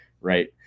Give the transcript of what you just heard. right